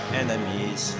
enemies